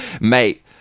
mate